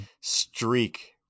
streak